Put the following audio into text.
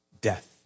death